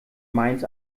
mainz